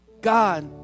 God